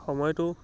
সময়টো